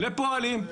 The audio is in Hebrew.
ל'פועלים'.